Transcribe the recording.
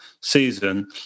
season